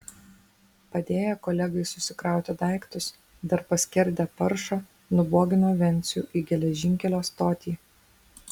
padėję kolegai susikrauti daiktus dar paskerdę paršą nubogino vencių į geležinkelio stotį